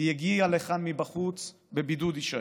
ויגיע לכאן מבחוץ, בבידוד יישאר?